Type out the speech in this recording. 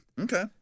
Okay